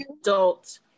adult